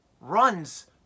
runs